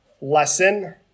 lesson